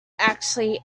actually